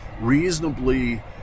reasonably